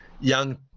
young